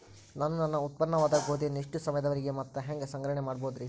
ನಾನು ನನ್ನ ಉತ್ಪನ್ನವಾದ ಗೋಧಿಯನ್ನ ಎಷ್ಟು ಸಮಯದವರೆಗೆ ಮತ್ತ ಹ್ಯಾಂಗ ಸಂಗ್ರಹಣೆ ಮಾಡಬಹುದುರೇ?